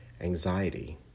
anxiety